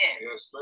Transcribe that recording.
Yes